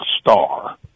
star